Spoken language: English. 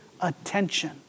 attention